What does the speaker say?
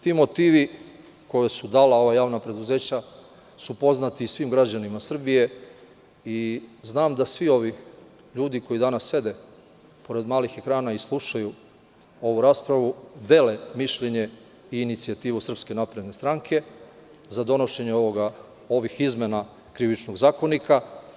Ti motivi koje su dala ova javna preduzeća su poznati i svim građanima Srbije i znam da svi ovi ljudi koji danas sede pored malih ekrana i slušaju ovu raspravu dele mišljenje i inicijativu SNS za donošenje ovih izmena Krivičnog zakonika.